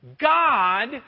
God